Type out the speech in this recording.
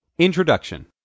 Introduction